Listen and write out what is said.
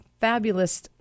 fabulous